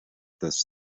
this